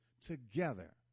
together